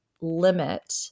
limit